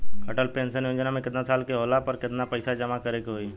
Atal pension Yojana मे केतना साल के होला पर केतना पईसा जमा करे के होई?